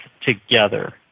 together